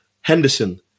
Henderson